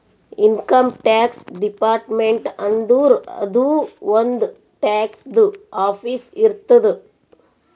income tax department ಅಂದುರ್ ಅದೂ ಒಂದ್ ಟ್ಯಾಕ್ಸದು ಆಫೀಸ್ ಇರ್ತುದ್